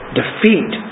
defeat